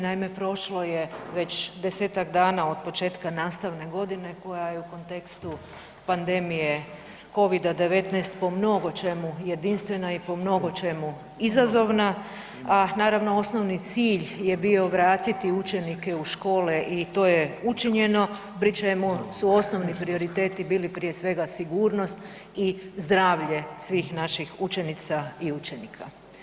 Naime, prošlo je već desetak dana od početka nastavne godine koja je u kontekstu pandemije Covida-19 po mnogo čemu jedinstvena i po mnogo čemu izazovna, a naravno osnovni cilj je bio vratiti učenike u škole i to je učinjeno, pri čemu su osnovni prioriteti bili prije svega sigurnost i zdravlje svih naših učenica i učenika.